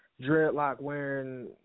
dreadlock-wearing